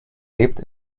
lebt